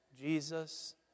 Jesus